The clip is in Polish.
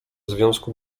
związku